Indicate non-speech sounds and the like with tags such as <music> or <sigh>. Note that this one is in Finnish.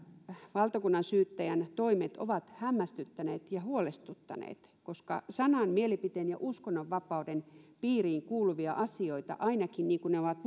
valtakunnansyyttäjän toimet ovat hämmästyttäneet ja huolestuttaneet koska sanan mielipiteen ja uskonnonvapauden piiriin kuuluvista asioista ainakin niin kuin ne ovat <unintelligible>